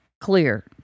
clear